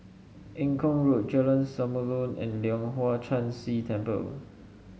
Eng Kong Road Jalan Samulun and Leong Hwa Chan Si Temple